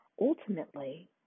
Ultimately